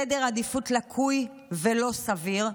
סדר עדיפות לקוי ולא סביר,